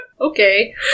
Okay